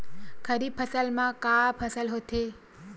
खरीफ फसल मा का का फसल होथे?